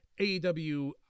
AEW